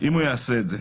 אם הוא יעשה את זה.